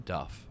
Duff